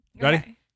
Ready